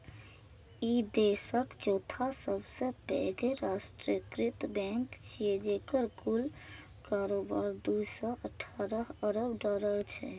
ई देशक चौथा सबसं पैघ राष्ट्रीयकृत बैंक छियै, जेकर कुल कारोबार दू सय अठारह अरब डॉलर छै